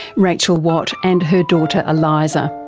rachel watt and her daughter eliza.